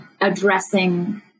addressing